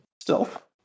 Stealth